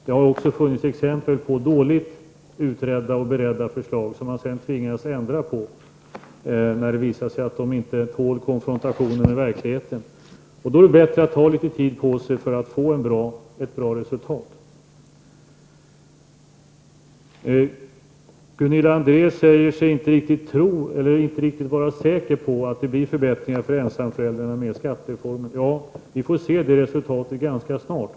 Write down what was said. Det har också funnits exempel på dåligt utredda och dåligt beredda förslag som man sedan tvingats ändra när det visar sig att de inte tål en konfrontation med verkligheten. Då är det bättre att ta litet tid på sig för att få ett bra resultat. Gunilla André säger sig inte vara riktigt säker på att skattereformen kommer att innebära förbättringar för ensamföräldrarna. Vi får se det resultatet ganska snart.